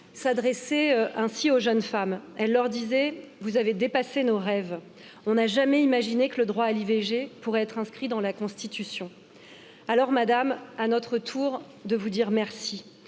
s'adressaient ainsi aux jeunes femmes elle leur disait vous avez dépassé nos rêves on n'a jamais imaginé que le droit à l'i v g pourrait être inscrit dans la constitution alors madame à notre tour de vous dire merci